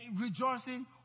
rejoicing